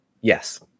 yes